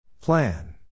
Plan